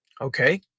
Okay